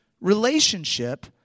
relationship